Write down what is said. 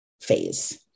phase